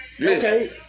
Okay